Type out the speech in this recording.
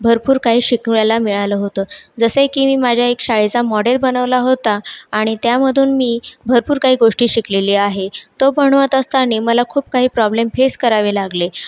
भरपूर काही शिकवायला मिळालं होतं जसे की माझ्या एक शाळेचा मॉडेल बनवला होता आणि त्यामधून मी भरपूर काही गोष्टी शिकलेली आहे तो बनवत असताना मला खूप काही प्रॉब्लेम फेस करावे लागले